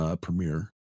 premiere